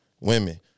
Women